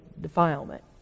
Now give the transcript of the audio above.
defilement